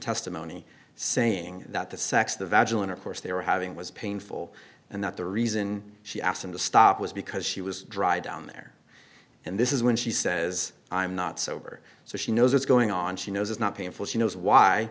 testimony saying that the sex the vagal intercourse they were having was painful and that the reason she asked them to stop was because she was dried down there and this is when she says i'm not sober so she knows what's going on she knows it's not painful she knows why